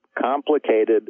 complicated